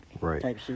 Right